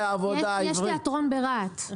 יש תיאטרון ברהט.